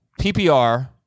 PPR